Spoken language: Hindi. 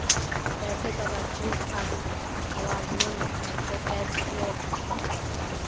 पैसे का वास्तविक आवागमन को कैश फ्लो कहा जाता है